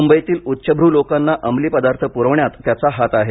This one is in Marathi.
मुंबईतील उच्चभू लोकांना अमली पदार्थ पुरवण्यात त्याचा हात आहे